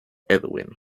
edwin